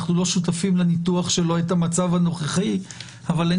אנחנו לא שותפים לניתוח שלו את המצב הנוכחי אבל אין